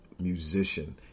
Musician